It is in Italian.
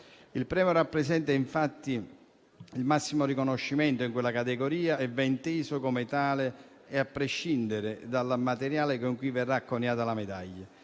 Il premio rappresenta infatti il massimo riconoscimento in quella categoria e va inteso come tale, a prescindere dal materiale con cui verrà coniata la medaglia.